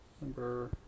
number